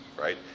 right